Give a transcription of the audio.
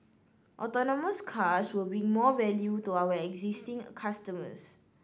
autonomous cars will bring more value to our existing customers